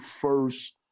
first